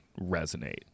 resonate